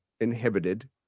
inhibited